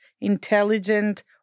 intelligent